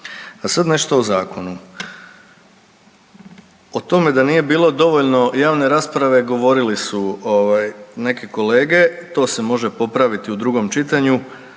A sad nešto o zakonu. O tome da nije bilo dovoljno javne rasprave govorili su neke kolege. To se može popraviti u drugom čitanju